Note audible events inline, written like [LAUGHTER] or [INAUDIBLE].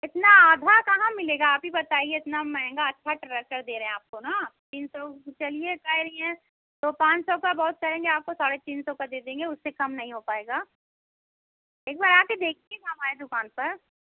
इतना आधा कहाँ मिलेगा आप ही बताइये इतना महँगा अच्छा ट्रैक्टर दे रहे हैं आपको ना तीन सौ चलिये [UNINTELLIGIBLE] तो पाँच सौ का बहुत करेंगे आपको साढ़े तीन सौ का दे देंगे उससे कम नहीं हो पायेगा एक बार आकर देखिये ना हमारी दुकान पर